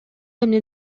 эмне